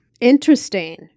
Interesting